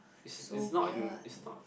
it's it's not in it's not